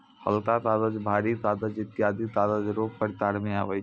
हलका कागज, भारी कागज ईत्यादी कागज रो प्रकार मे आबै छै